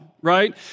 right